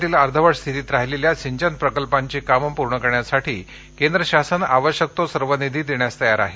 राज्यातील अर्धवट स्थितीत राहिलेल्या सिंचन प्रकल्पांची कामे पूर्ण करण्यासाठी केंद्र शासन आवश्यक तो सर्व निधी देण्यास तयार आहे